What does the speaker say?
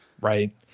right